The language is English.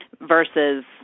versus